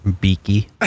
Beaky